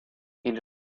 или